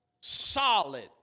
solid